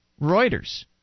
Reuters